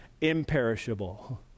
imperishable